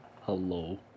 Hello